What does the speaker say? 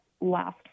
last